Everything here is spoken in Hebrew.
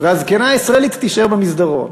והזקנה הישראלית תישאר במסדרון.